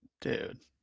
Dude